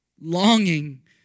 longing